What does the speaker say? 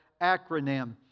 acronym